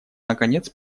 наконец